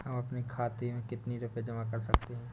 हम अपने खाते में कितनी रूपए जमा कर सकते हैं?